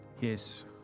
Yes